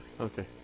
Okay